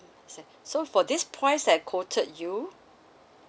mm understand so for this price that I've quoted you